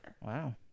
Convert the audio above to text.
Wow